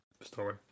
story